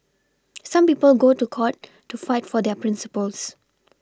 some people go to court to fight for their Principles